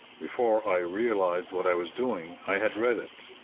before i realized what i was doing, i had read it.